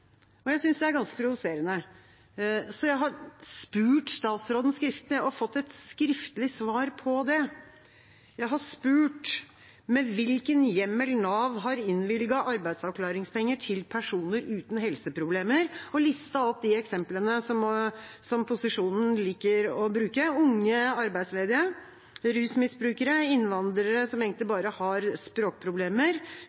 og jeg synes det er ganske provoserende. Så jeg har spurt statsråden skriftlig og fått et skriftlig svar på det. Jeg har spurt med hvilken hjemmel Nav har innvilget arbeidsavklaringspenger til personer uten helseproblemer og listet opp de eksemplene som posisjonen liker å bruke: unge arbeidsledige, rusmisbrukere, innvandrere som egentlig